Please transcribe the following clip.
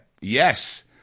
Yes